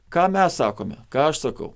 ką mes sakome ką aš sakau